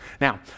Now